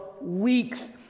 weeks